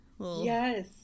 Yes